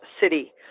city